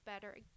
better